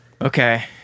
Okay